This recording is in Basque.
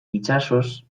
itsasoz